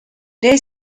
they